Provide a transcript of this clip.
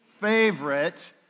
favorite